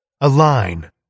Aline